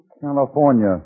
California